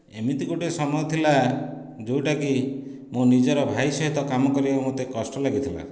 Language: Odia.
ଏମିତି ଗୋଟିଏ ସମୟ ଥିଲା ଯେଉଁଟାକି ମୋ ନିଜର ଭାଇ ସହିତ କାମ କରିବାକୁ ମୋତେ କଷ୍ଟ ଲାଗିଥିଲା